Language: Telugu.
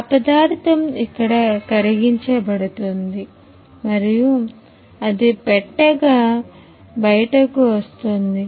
ఆ పదార్థం ఇక్కడ కరిగించబడుతుంది మరియు అది పెట్టెగా బయటకు వస్తుంది